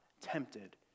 tempted